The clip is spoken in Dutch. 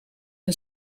een